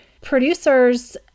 producers